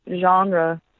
genre